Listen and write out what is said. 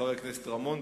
חבר הכנסת רמון.